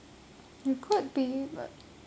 we could be but